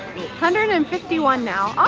hundred and fifty one now?